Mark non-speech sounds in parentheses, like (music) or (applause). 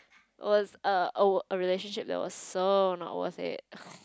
it was err a relationship that was so not worth it (laughs)